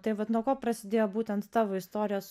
tai vat nuo ko prasidėjo būtent tavo istorijos